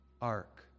ark